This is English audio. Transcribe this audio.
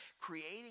creating